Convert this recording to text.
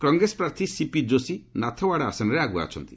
କଂଗ୍ରେସ ପ୍ରାର୍ଥୀ ସିପି ଯୋଶୀ ନାଥୱାଡ଼ା ଆସନରେ ଆଗୁଆ ଅଛନ୍ତି